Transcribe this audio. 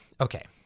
Okay